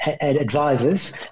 advisors